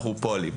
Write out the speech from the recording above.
אנחנו פועלים.